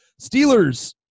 Steelers